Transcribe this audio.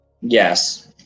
Yes